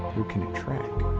who can it track? i